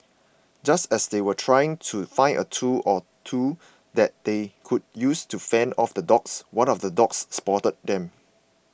just as they were trying to find a tool or two that they could use to fend off the dogs one of the dogs spotted them